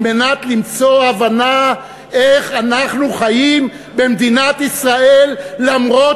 על מנת למצוא הבנה איך אנחנו חיים במדינת ישראל למרות